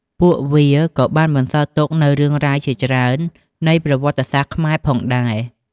ពួកវាក៏បានបន្សល់ទុកនូវរឿងរ៉ាវជាច្រើននៃប្រវត្តិសាស្ត្រខ្មែរផងដែរ។